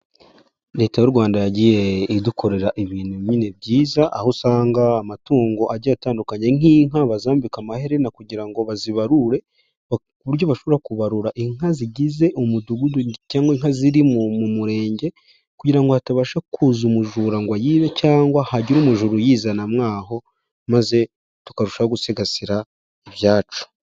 Leta y'u Rwanda yagiye idukorera ibintu nyine byiza, aho usanga amatungo agiye atandukanye nk'inka bazambika amaherena kugira ngo bazibarure, mu buryo bashobora kubarura inka zigize umudugudu, cyangwa inka ziri mu mu murenge, kugira ngo hatabasha kuza umujura ngo ayibe, cyangwa hagire umujura uyizana mwaho, maze tukarushaho gusigasira ibyacu.